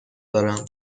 دارم